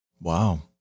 wow